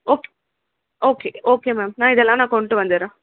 okay okay okay ma'am நான் இதெல்லாம் நான் கொண்டு வந்துடறேன்